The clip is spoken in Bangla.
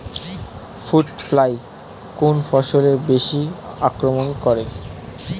ফ্রুট ফ্লাই কোন ফসলে বেশি আক্রমন করে?